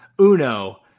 Uno